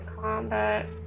combat